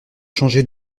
changer